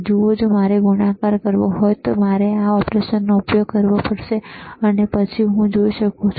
જુઓ જો મારે ગુણાકાર કરવો હોય તો મારે આ ઓપરેશનનો ઉપયોગ કરવો પડશે અને પછી હું જોઈ શકું છું